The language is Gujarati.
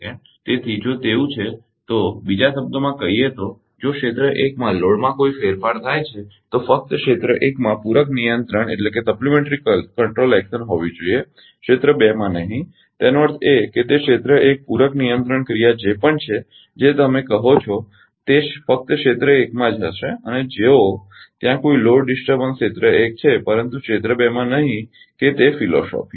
તેથી જો તેવું છે તો બીજા શબ્દોમાં કહીએ તો જો ક્ષેત્ર 1 માં લોડમાં કોઈ ફેરફાર થાય છે તો ફક્ત ક્ષેત્ર 1માં પૂરક નિયંત્રણ ક્રિયા હોવી જોઈએ ક્ષેત્ર 2 માં નહીં તેનો અર્થ એ કે તે ક્ષેત્ર 1 પૂરક નિયંત્રણ ક્રિયા જે પણ છે તે તમે જે કહો છો તે ફક્ત ક્ષેત્ર 1 માં જ હશે જો ત્યાં કોઈ લોડ ડિસ્ટર્બન ક્ષેત્ર 1 છે પરંતુ ક્ષેત્ર 2 માં નહીં કે તે ફિલસૂફી છે